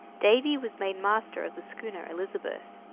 davy was made master of the schooner elizabeth,